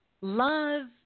love